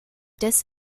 des